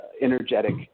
energetic